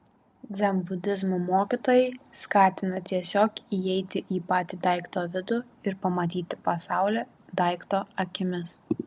dzenbudizmo mokytojai skatina tiesiog įeiti į patį daikto vidų ir pamatyti pasaulį daikto akimis